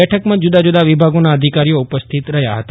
બેઠકમાં જુદાં જુદાં વિભાગોના અધિકારીઓ ઉપસ્થિત રહ્યા હતા